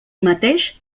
mateix